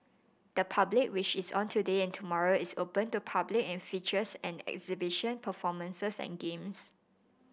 the public which is on today and tomorrow is open to public and features an exhibition performances and games